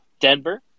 Denver